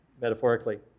metaphorically